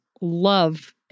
love